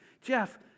Jeff